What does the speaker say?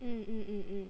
mm mm mm mm